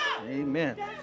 Amen